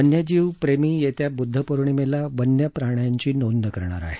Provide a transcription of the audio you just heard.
वन्यजीव प्रेमी येत्या बुध्दपौर्णिमेला वन्यप्राण्यांची नोंद करणार आहेत